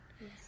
Yes